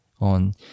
on